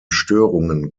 störungen